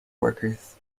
workers